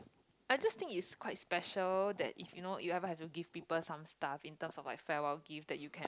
I just think it's quite special that if you know you ever have to give people some stuff in terms of like farewell gift that you can